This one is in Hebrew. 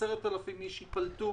10,000 איש ייפלטו